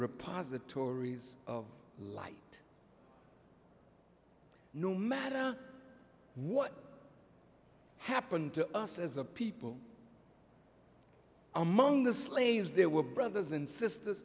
repository of light no matter what happened to us as a people among the slaves there were brothers and sisters